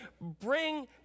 bring